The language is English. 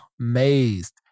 amazed